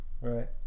Right